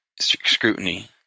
scrutiny